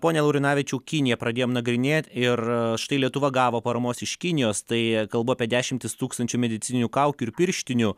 pone laurinavičiau kiniją pradėjom nagrinėt ir štai lietuva gavo paramos iš kinijos tai kalbu apie dešimtis tūkstančių medicininių kaukių ir pirštinių